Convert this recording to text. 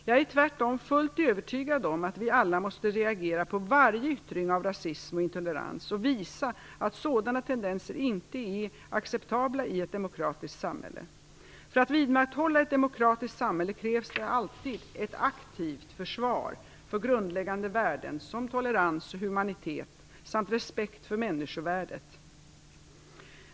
Jag är tvärtom fullt övertygad om att vi alla måste reagera på varje yttring av rasism och intolerans och visa att sådana tendenser inte är acceptabla i ett demokratiskt samhälle. För att vidmakthålla ett demokratiskt samhälle krävs det alltid ett aktivt försvar för grundläggande värden som tolerans och humanitet samt respekt för människovärdet.